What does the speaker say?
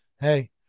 hey